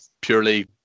purely